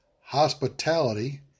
hospitality